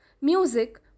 music